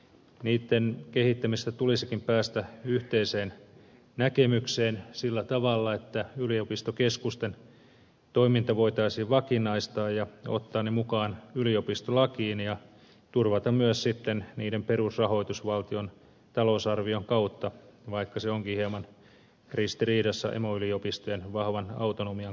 niitten kehittämisessä tulisikin päästä yhteiseen näkemykseen sillä tavalla että yliopistokeskusten toiminta voitaisiin vakinaistaa ja voitaisiin ottaa ne mukaan yliopistolakiin ja turvata myös sitten niiden perusrahoitus valtion talousarvion kautta vaikka se onkin hieman ristiriidassa emoyliopistojen vahvan autonomian kanssa